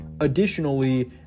Additionally